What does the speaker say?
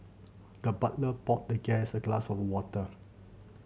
the butler poured the guest a glass of water